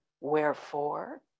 Wherefore